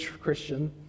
Christian